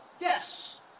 Yes